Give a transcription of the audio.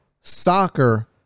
soccer